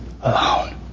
alone